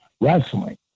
wrestling